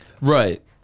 Right